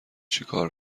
چیکار